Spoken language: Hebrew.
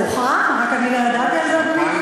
זה הוכרע ורק אני לא ידעתי על זה, אדוני?